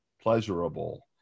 pleasurable